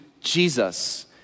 Jesus